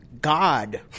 God